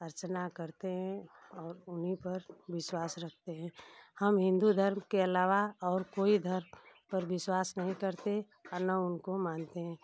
अर्चना करते हैं और उन्ही पर विश्वास रखते हैं हम हिंदू धर्म के अलावा और कोई धर्म पर विश्वास नहीं करते और न उनको मानते हैं